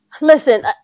Listen